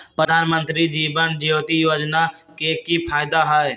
प्रधानमंत्री जीवन ज्योति योजना के की फायदा हई?